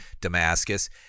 Damascus